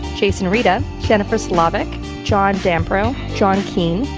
chase and greta, jennifer slavic, john dan brown, john keane,